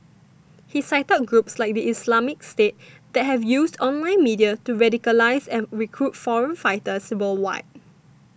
he cited groups like the Islamic State that have used online media to radicalise and recruit foreign fighters worldwide